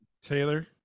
Taylor